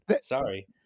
Sorry